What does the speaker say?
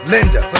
Linda